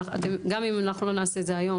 גם אם אנחנו לא נעשה את זה היום,